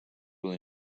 will